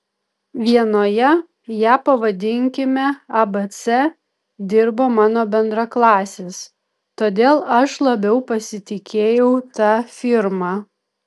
vienoje ją pavadinkime abc dirbo mano bendraklasis todėl aš labiau pasitikėjau ta firma